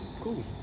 Cool